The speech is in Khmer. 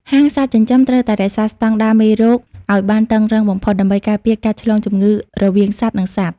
ហាងសត្វចិញ្ចឹមត្រូវតែរក្សាស្តង់ដារមេរោគឱ្យបានតឹងរ៉ឹងបំផុត ដើម្បីការពារការឆ្លងជំងឺរវាងសត្វ និងសត្វ។